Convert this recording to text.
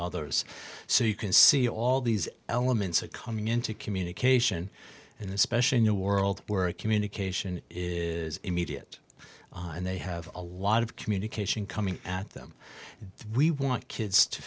others so you can see all these elements are coming into communication and especially in a world where communication is immediate and they have a lot of communication coming at them we want kids to